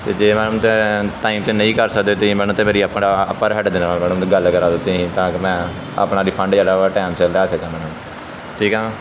ਜੇ ਮੈਮ ਟੈ ਟਾਈਮ 'ਤੇ ਨਹੀਂ ਕਰ ਸਕਦੇ ਤੁਸੀਂ ਮੈਨੂੰ ਤਾਂ ਮੇਰੀ ਆਪਣਾ ਆਪਰ ਹੈਡ ਦੇ ਨਾਲ ਮੈਡਮ ਗੱਲ ਕਰਾ ਦਿਓ ਤੁਸੀਂ ਤਾਂ ਕਿ ਮੈਂ ਆਪਣਾ ਰਿਫੰਡ ਜਿਹੜਾ ਵਾ ਟਾਈਮ ਸਿਰ ਲੈ ਸਕਾਂ ਮੈਡਮ ਠੀਕ ਆ ਮੈਮ